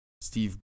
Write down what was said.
Steve